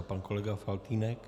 Pan kolega Faltýnek.